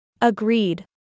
Agreed